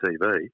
TV